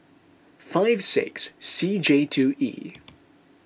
five six C J two E